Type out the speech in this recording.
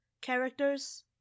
characters